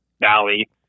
valley